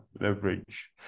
leverage